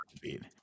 beat